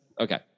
Okay